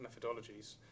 methodologies